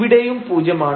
ഇവിടെയും പൂജ്യമാണ്